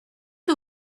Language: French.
que